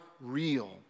real